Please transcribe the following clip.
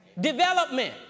development